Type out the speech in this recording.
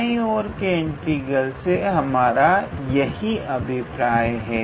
दाएं और के इंटीग्रल से हमारा यही अभिप्राय है